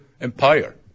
empire